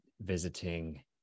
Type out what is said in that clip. visiting